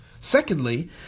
Secondly